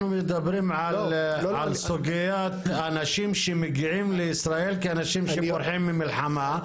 אנחנו מדברים על סוגיית אנשים שמגיעים לישראל באנשים שבורחים ממלחמה.